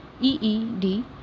EED